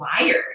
wired